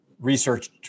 research